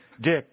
Dick